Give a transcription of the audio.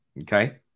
Okay